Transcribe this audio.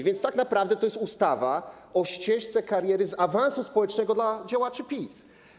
Więc tak naprawdę to jest ustawa o ścieżce kariery z awansu społecznego dla działaczy PiS.